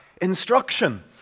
instruction